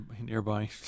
nearby